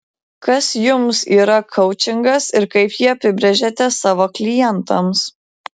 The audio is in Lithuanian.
kas jums yra koučingas ir kaip jį apibrėžiate savo klientams